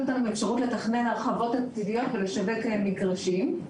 אותנו לאפשרות לתכנן הרחבות עתידיות ולשווק מגרשים.